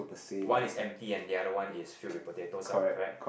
one is empty and the other one is filled with potatoes ah correct